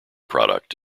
product